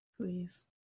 please